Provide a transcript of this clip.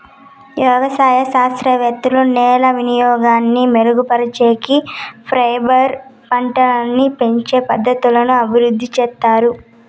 వ్యవసాయ శాస్త్రవేత్తలు నేల వినియోగాన్ని మెరుగుపరిచేకి, ఫైబర్ పంటలని పెంచే పద్ధతులను అభివృద్ధి చేత్తారు